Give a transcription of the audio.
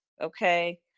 okay